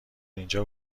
اینجا